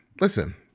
listen